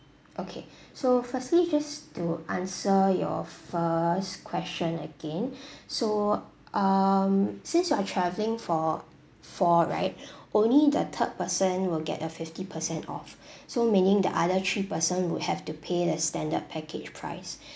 okay so firstly just to answer your first question again so um since you are travelling for four right only the third person will get a fifty percent off so meaning the other three person would have to pay the standard package price